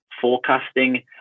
forecasting